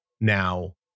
now